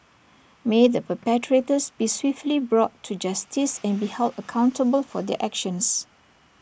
may the perpetrators be swiftly brought to justice and be held accountable for their actions